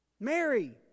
Mary